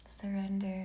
Surrender